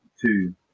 two